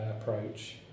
approach